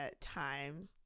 time